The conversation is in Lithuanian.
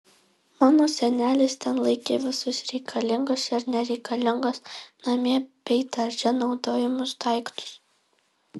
mano senelis ten laikė visus reikalingus ir nereikalingus namie bei darže naudojamus daiktus